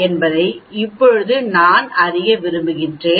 என்பதை இப்போது நான் அறிய விரும்புகிறேன்